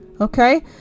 Okay